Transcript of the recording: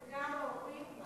זה גם ההורים,